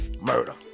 murder